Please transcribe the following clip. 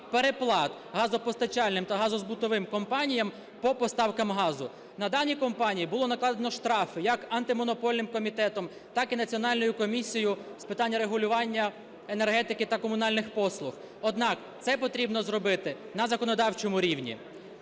переплат газопостачальним та газозбутовим компаніям по поставках газу. На дані компанії було накладено штрафи як Антимонопольним комітетом, так і Національною комісією з питань регулювання енергетики та комунальних послуг, однак це потрібно зробити на законодавчому рівні.